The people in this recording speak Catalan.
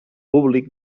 públic